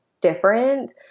different